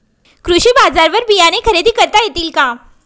कृषी बाजारवर बियाणे खरेदी करता येतील का?